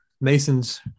Mason's